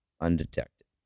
undetected